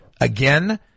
again